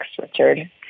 Richard